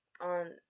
on